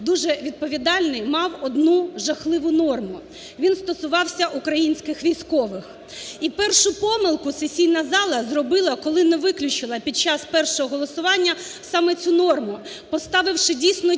дуже відповідальний мав одну жахливу норму, він стосувався українських військових. І першу помилку сесійна зала зробила, коли не виключила під час першого голосування саме цю норму, поставивши дійсно дітей,